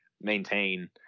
maintain